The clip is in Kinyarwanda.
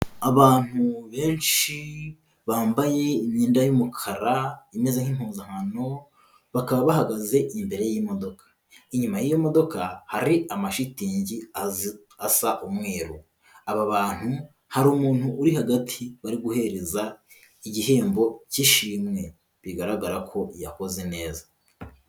Abantu benshi bambaye imyenda y'umukara imeze nk'impuzankano, bakaba bahagaze imbere y'imodoka, inyuma y'iyo modoka hari amashitingi asa umweru, aba bantu hari umuntu uri hagati bari guhereza igihembo cy'ishimwe, bigaragara ko yakoze neza.